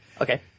Okay